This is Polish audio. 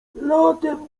latem